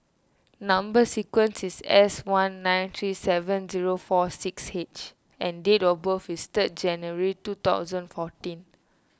Number Sequence is S one nine three seven zero four six H and date of birth is third January two thousand fourteen